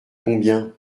combien